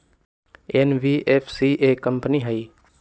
NBFC एक company हई?